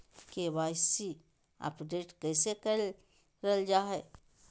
KYC update कैसे करल जाहै?